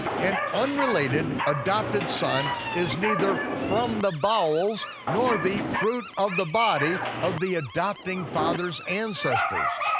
an unrelated, adopted son is neither from the bowels nor the fruit of the body of the adopting father's ancestors.